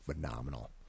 phenomenal